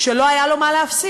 ש"לא היה לו מה להפסיד",